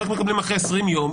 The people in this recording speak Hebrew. חלק מקבלים אחרי 20 יום,